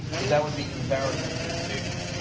that that would be embarrassing to the station.